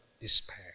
despair